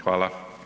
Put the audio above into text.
Hvala.